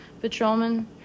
Patrolman